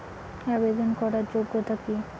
আবেদন করার যোগ্যতা কি?